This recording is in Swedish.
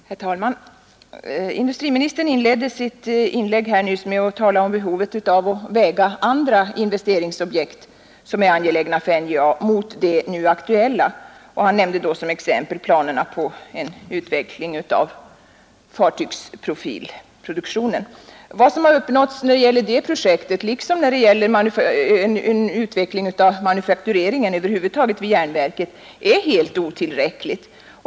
Herr talman! Industriministern inledde sitt inlägg nyss med att tala om behovet av att väga andra investeringsobjekt som är angelägna för NJA mot de nu aktuella, och han nämnde som exempel planerna på en Nr 66 utveckling av fartygsprofilproduktionen. Vad som har uppnåtts när det Onsdagen den gäller det projektet liksom när det gäller en utveckling av manufakture 26 april 1972 ringen över huvud taget vid järnverket är helt otillräckligt.